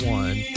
one